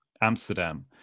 Amsterdam